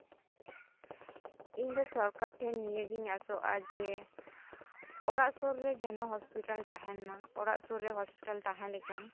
ᱤᱧ ᱫᱚ ᱥᱚᱨᱠᱟᱨ ᱴᱷᱮᱱ ᱱᱤᱭᱟᱹᱜᱤᱧ ᱟᱥᱚᱜᱼᱟ ᱡᱮ ᱚᱲᱟᱜ ᱥᱩᱨ ᱨᱮ ᱡᱮᱱᱚ ᱦᱚᱥᱯᱤᱴᱟᱞ ᱛᱟᱦᱮᱸᱱᱢᱟ ᱚᱲᱟᱜ ᱥᱩᱨ ᱨᱮ ᱦᱚᱥᱯᱤᱴᱟᱞ ᱛᱟᱦᱮᱸᱞᱮᱱ ᱠᱷᱟᱱ